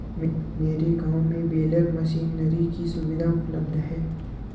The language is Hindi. मेरे गांव में बेलर मशीनरी की सुविधा उपलब्ध है